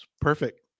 Perfect